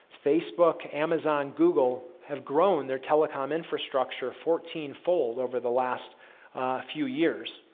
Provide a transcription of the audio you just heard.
facebook, amazon, google have grown their telecom infrastructure fourteen fold over the last few years,